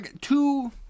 two